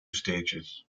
stages